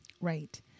Right